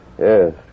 Yes